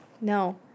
No